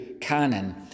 canon